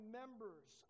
members